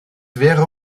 wäre